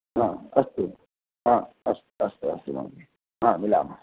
हा अस्तु हा अस्तु अस्तु महोदयः हा मिलामः